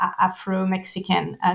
Afro-Mexican